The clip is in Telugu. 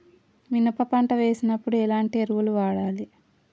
మినప పంట వేసినప్పుడు ఎలాంటి ఎరువులు వాడాలి?